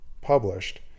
published